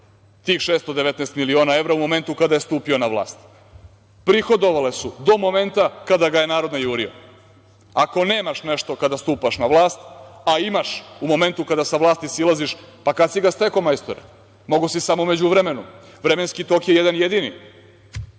tih 619 miliona evra u momentu kada je stupio na vlast. Prihodovale su do momenta kada ga je narod najurio. Ako nemaš nešto kada stupaš na vlast, a imaš u momentu kada sa vlasti silaziš, pa kad si ga stekao, majstore? Mogao si samo u međuvremenu. Vremenski tok je jedan jedini,